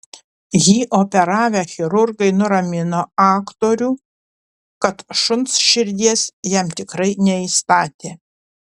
jį operavę chirurgai nuramino aktorių kad šuns širdies jam tikrai neįstatė